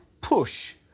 push